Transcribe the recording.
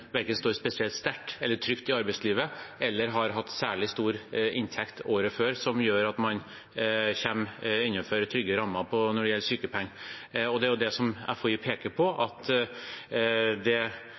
verken står spesielt sterkt eller trygt i arbeidslivet eller har hatt særlig stor inntekt året før, som gjør at man kommer innenfor trygge rammer når det gjelder sykepenger. Det er jo det FHI peker på, at det kan være sånn at det er økonomiske disinsentiver for